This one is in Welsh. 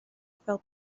fel